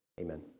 Amen